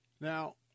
Now